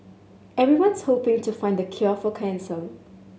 everyone's hoping to find the cure for cancer